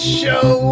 show